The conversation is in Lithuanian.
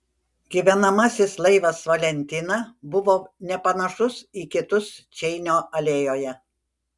gyvenamasis laivas valentina buvo nepanašus į kitus čeinio alėjoje